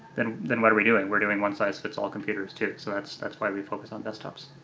then then what are we doing? we're doing one-size-fits-all ah computers too. so that's that's why we focus on desktops.